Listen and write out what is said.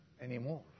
anymore